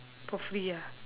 for free ah